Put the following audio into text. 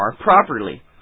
properly